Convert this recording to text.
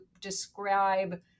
describe